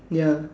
ya